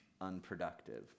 unproductive